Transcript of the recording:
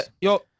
yo